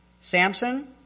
Samson